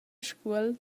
scuol